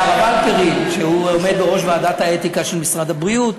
והיה הרב הלפרין שעומד בראש ועדת האתיקה של משרד הבריאות.